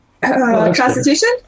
Constitution